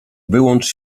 wyłącz